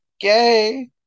gay